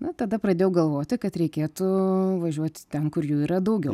na tada pradėjau galvoti kad reikėtų važiuoti ten kur jų yra daugiau